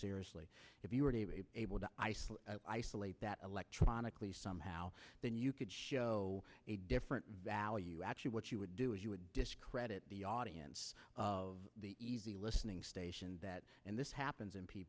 seriously if you were able to isolate that electronically somehow then you could show a different value actually what you would do is you would discredit the audience of the easy listening station that and this happens in p